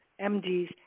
MDs